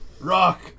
Rock